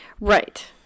Right